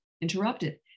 Interrupted